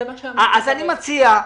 זה מה שאמרתי כרגע.